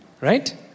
Right